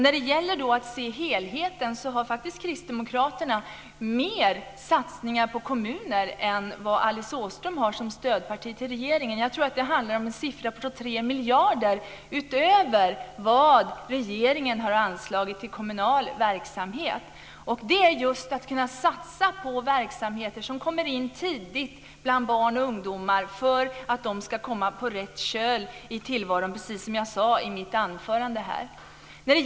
När det gäller helheten satsar Kristdemokraterna mer på kommunerna än vad Alice Åströms stödparti till regeringen har gjort. Jag tror att det handlar om en siffra på 3 miljarder utöver vad regeringen har anslagit till kommunal verksamhet. Dessa satsningar görs på verksamheter som ska komma in tidigt för att barn och ungdomar ska hamna på rätt köl, precis som jag sade i mitt anförande.